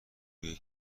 بوی